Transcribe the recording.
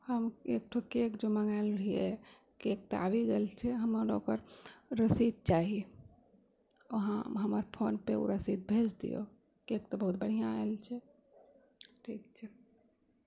हम एकठो केक जो मँगाइल रहियै केक तऽ आबि गेल छै हमरा ओकर रसीद चाही अहाँ हमर फोनपर ओ रसीद भेज दियौ केक तऽ बहुत बढ़िआँ आयल छै ठीक छै